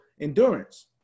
endurance